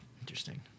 Interesting